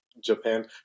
Japan